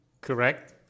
Correct